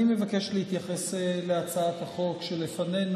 אני מבקש להתייחס להצעת החוק שלפנינו.